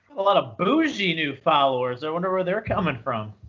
a lot of bougie new followers. i wonder where they're coming from.